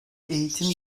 eğitim